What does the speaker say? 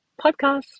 podcast